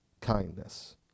kindness